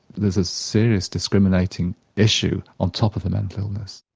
there's a serious discriminating issue on top of a mental illness.